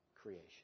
creation